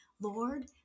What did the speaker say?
Lord